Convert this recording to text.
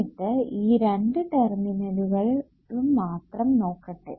എന്നിട്ട് ഈ രണ്ടു ടെർമിനലുകളും മാത്രം നോക്കട്ടെ